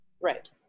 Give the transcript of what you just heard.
right